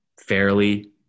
fairly